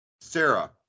Sarah